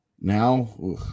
now